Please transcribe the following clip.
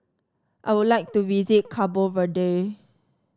I would like to visit Cabo Verde